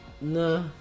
no